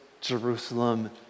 Jerusalem